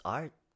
art